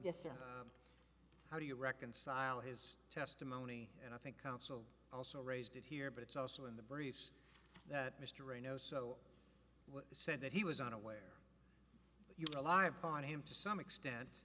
or how do you reconcile his testimony and i think counsel also raised it here but it's also in the briefs that mr reinoso said that he was unaware you rely upon him to some extent